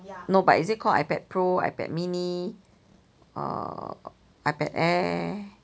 no but is it called ipad pro ipad mini err ipad air